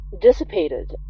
dissipated